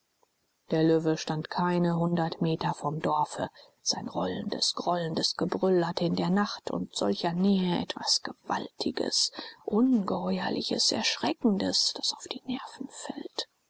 der löwe stand keine hundert meter vom dorfe sein rollendes grollendes gebrüll hat in der nacht und solcher nähe etwas gewaltiges ungeheuerliches erschreckendes das auf die nerven fällt